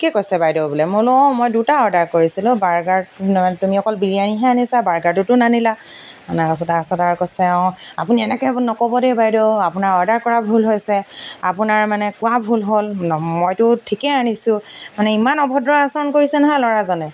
কি কৈছে বাইদেউ বোলে মই বোলো অঁ মই দুটা অৰ্ডাৰ কৰিছিলোঁ বাৰ্গাৰ তুমি অকল বিৰিয়ানীহে আনিছা বাৰ্গাৰটোতো নানিলা তাছত তাছত কৈছে অঁ আপুনি এনেকৈ নক'ব দেই বাইদেউ আপোনাৰ অৰ্ডাৰ কৰা ভুল হৈছে আপোনাৰ মানে কোৱা ভুল হ'ল মইতো ঠিকেই আনিছোঁ মানে ইমান অভদ্ৰ আচৰণ কৰিছে নহয় ল'ৰাজনে